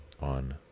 on